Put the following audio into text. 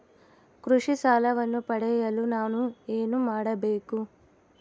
ಕೃಷಿ ಸಾಲವನ್ನು ಪಡೆಯಲು ನಾನು ಏನು ಮಾಡಬೇಕು?